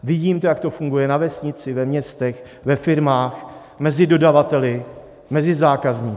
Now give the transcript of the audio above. Vidím to, jak to funguje na vesnici, ve městech, ve firmách, mezi dodavateli, mezi zákazníky.